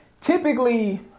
typically